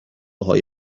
های